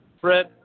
Fred